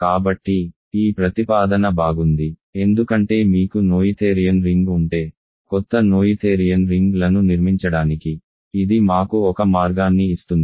కాబట్టి ఈ ప్రతిపాదన బాగుంది ఎందుకంటే మీకు నోయిథేరియన్ రింగ్ ఉంటే కొత్త నోయిథేరియన్ రింగ్లను నిర్మించడానికి ఇది మాకు ఒక మార్గాన్ని ఇస్తుంది